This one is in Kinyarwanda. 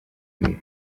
mibi